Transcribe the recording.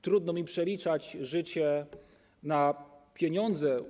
Trudno mi przeliczać życie na pieniądze.